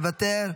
מוותר,